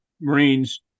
Marines